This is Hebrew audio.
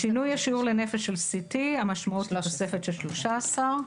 שינוי השיעור לנפש של CT המשמעות היא תוספת של 13 מכשירים.